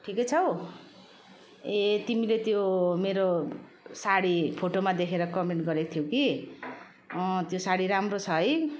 ठिकै छौ ए तिमीले त्यो मेरो साडी फोटोमा देखेर कमेन्ट गरेको थियौ कि त्यो साडी राम्रो छ है